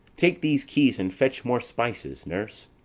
take these keys and fetch more spices, nurse.